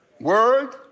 Word